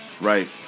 Right